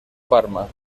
parma